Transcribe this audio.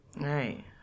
Right